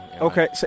Okay